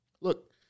Look